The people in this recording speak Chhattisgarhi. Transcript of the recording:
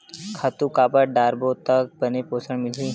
खातु काबर डारबो त बने पोषण मिलही?